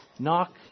Knock